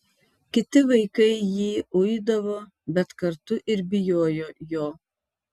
kiti vaikai jį uidavo bet kartu ir bijojo jo